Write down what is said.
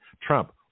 Trump